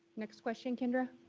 next question, kindra.